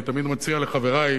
אני תמיד מציע לחברי,